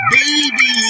Baby